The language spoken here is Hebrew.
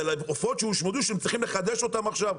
על העופות שהושמדו שהם צריכים לחדש אותם עכשיו.